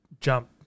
jump